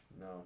No